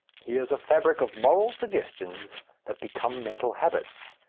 he is a fabric of moral suggestions that become mental habits,